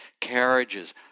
carriages